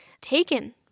taken